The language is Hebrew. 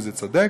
וזה צודק,